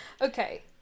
okay